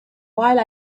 while